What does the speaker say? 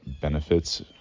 benefits